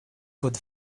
could